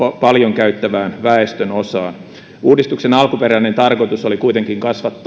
paljon käyttävään väestönosaan uudistuksen alkuperäinen tarkoitus oli kuitenkin